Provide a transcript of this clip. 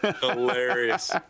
Hilarious